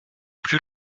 plus